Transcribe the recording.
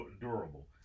durable